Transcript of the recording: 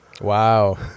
Wow